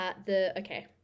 Okay